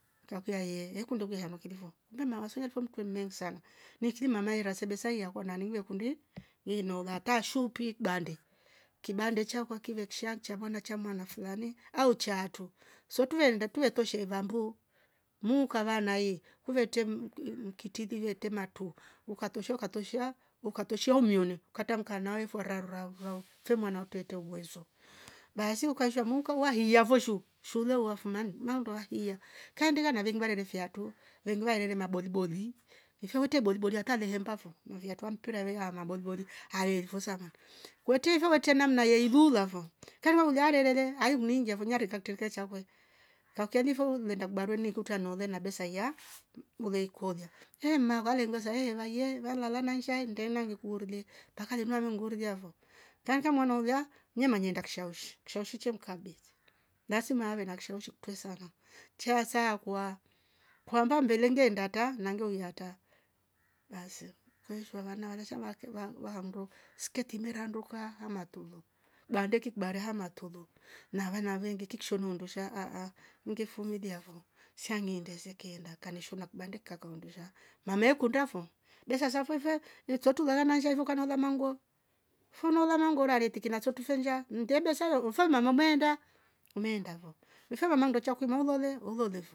Kiakuayee enkuu ndovwe zchama kilivo kumbe mnawasunya twetwem mning sana nikiri mamaira sebesaiiya kwonani ivekundi vino varta shupi bande kibande chaukwa kive ksha ncha mwana cha mwana fulani au chaatu sotu vernda tuertoshe vambu muu kavana nae kuvertem mm mm mkitivive tema tu ukatoshea ukatoshea ukatoshea umyone ukatamka naifo rar rau rou fe mwana utete uwezo basi ukashemwuka wahiiavo shule shule uwafumani na undo wahia kaendelea na vingwarere fyatu vingwarere maboliboli mfyute bolibolia atale hembavo mviatwa mpira wehia maboliboli ahe vusama. kweti vuu vete namna yei dhuu lafo kama ularere aiumningia vonya rikakte vesavwe kakunia voo lwenda mbaroni kukta nalwe na besa iyaa mhh guu- guuleikolia ehh mavale luvesa ehh vaie valalal naisha ndema nikuruli paka lemla nu nguridiavo kankana mwana ulioa nemanyenda kshaushwi. kshaushi che mkarbete lazima awe na kishawishi twesala tia saa yakua kwamba mbelengenda nata nanguywi harta basi kwissho varna aleshama waki wa- wahamdu sketi meradondoka amartulo wandeke kibar hama tulo na wana vengi kiksho miundusha ahh ungefumilia vo sainyi ndezeke la kaleshura kubandika kaundusha mamekundafo besa za zavwevwe nitotu lela manshevo ukanalwa manguo hunola mangur ura reteke maskto fenjia mtebese ohh farmamo meenda meenda vo ifovo mando kchako maulole ulolefo.